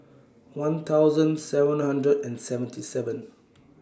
one thousand seven hundred and seventy seven